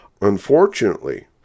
Unfortunately